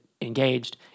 engaged